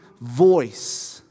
voice